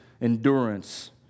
endurance